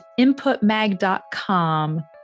InputMag.com